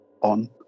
on